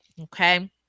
Okay